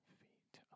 feet